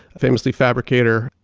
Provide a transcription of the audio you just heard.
famously fabricator,